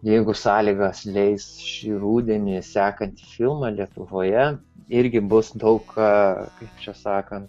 jeigu sąlygos leis šį rudenį sekantį filmą lietuvoje irgi bus daug čia sakant